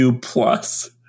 plus